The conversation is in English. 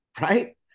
right